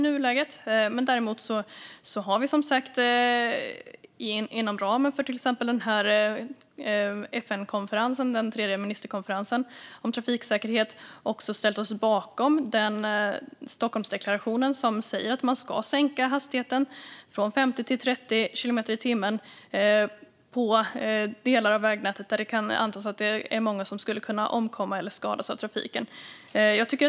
Vi har inom ramen för FN-konferensen om trafiksäkerhet ställt oss bakom det Stockholmsdeklarationen säger om att hastigheten ska sänkas från 50 till 30 kilometer i timmen på de delar av vägnätet där det kan antas att många kan skadas eller omkomma i trafiken.